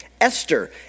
Esther